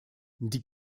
die